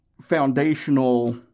foundational